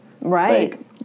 Right